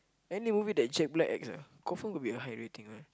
any movie that Jack-Black acts ah confirm will be a high rating one